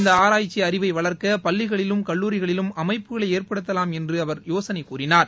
இந்த ஆராய்ச்சி அறிவை வளர்க்க பள்ளிகளிலும் கல்லூரிகளிலும் அமைப்புகளை ஏற்படுத்தலாம் என்று அவர் யோசனை கூறினார்